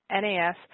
NAS